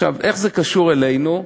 עכשיו, איך זה קשור אלינו?